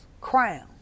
Crown